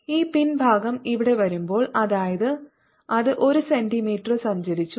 അതിനാൽ ഈ പിൻഭാഗം ഇവിടെ വരുമ്പോൾ അതായത് അത് ഒരു സെന്റിമീറ്റർ സഞ്ചരിച്ചു